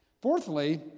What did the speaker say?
Fourthly